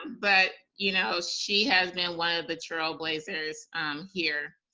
but you know she has been one of the trailblazers here.